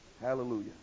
Hallelujah